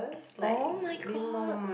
oh-my-god